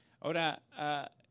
Ahora